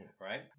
right